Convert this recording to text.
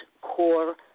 core